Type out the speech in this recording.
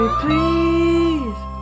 please